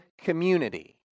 community